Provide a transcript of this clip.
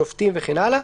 שופטים וכן הלאה.